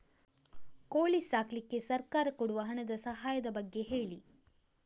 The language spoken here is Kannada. ಕೋಳಿ ಸಾಕ್ಲಿಕ್ಕೆ ಸರ್ಕಾರ ಕೊಡುವ ಹಣದ ಸಹಾಯದ ಬಗ್ಗೆ ಹೇಳಿ